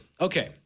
Okay